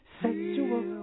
sexual